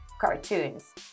cartoons